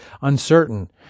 uncertain